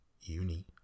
uni